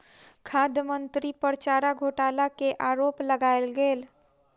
खाद्य मंत्री पर चारा घोटाला के आरोप लगायल गेल